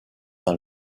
dans